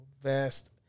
vast